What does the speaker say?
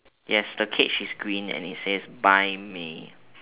yes the cage is green and it says buy me